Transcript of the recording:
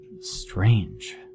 Strange